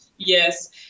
yes